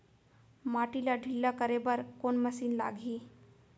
माटी ला ढिल्ला करे बर कोन मशीन लागही?